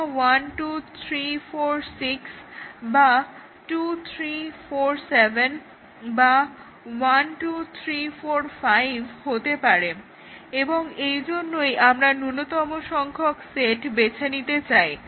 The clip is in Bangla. এটা 2 3 4 6 বা 2 3 4 7 বা 1 2 3 4 5 হতে পারে এবং এই জন্যই আমরা ন্যূনতম সংখ্যক সেট বেছে নিতে চাই